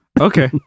Okay